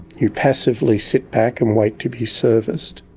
you passively sit back and wait to be serviced.